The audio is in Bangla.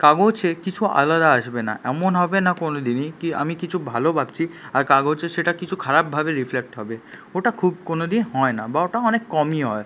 কাগজে কিছু আলাদা আসবে না এমন হবে না কোনোদিনই কি আমি কিছু ভালো ভাবছি আর কাগজে সেটা কিছু খারাপ ভাবের রিফলেক্ট হবে ওটা খুব কোনদিনই হয় না বা ওটা অনেক কমই হয়